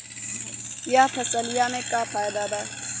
यह फसलिया में का फायदा बा?